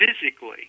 physically